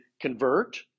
convert